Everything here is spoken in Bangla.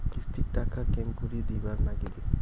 কিস্তির টাকা কেঙ্গকরি দিবার নাগীবে?